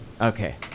Okay